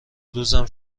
روزم